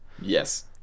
Yes